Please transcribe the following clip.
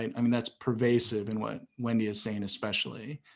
i mean, that's pervasive in what wendy is saying especially.